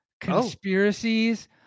conspiracies